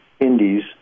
Indies